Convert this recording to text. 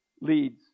leads